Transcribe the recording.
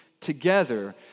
together